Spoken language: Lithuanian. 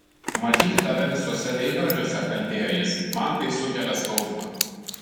matyti tave visuose veidrodžiuose kalbėjo jis man tai sukelia skausmą